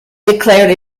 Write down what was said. declared